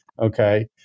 Okay